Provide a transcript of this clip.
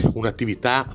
un'attività